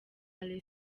iain